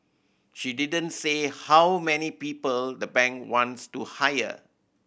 she didn't say how many people the bank wants to hire